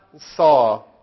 saw